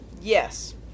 Yes